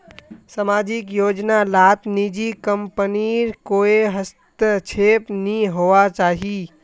सामाजिक योजना लात निजी कम्पनीर कोए हस्तक्षेप नि होवा चाहि